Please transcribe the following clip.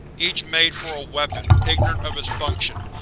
each made for a weapon, ignorant of its function,